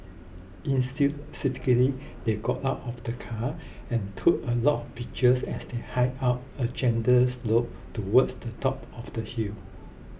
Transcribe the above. enthusiastically they got out of the car and took a lot of pictures as they hiked up a gentle slope towards the top of the hill